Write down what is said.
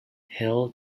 hill